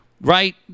Right